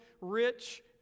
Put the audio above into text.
rich